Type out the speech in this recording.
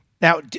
Now